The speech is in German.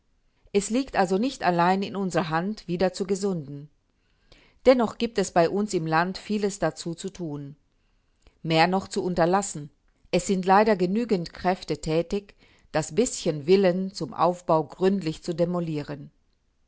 es liegt also nicht allein in unserer hand wieder zu gesunden dennoch gibt es bei uns im land vieles dazu zu tun mehr noch zu unterlassen es sind leider genügend kräfte tätig das bißchen willen zum aufbau gründlich zu demolieren